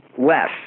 less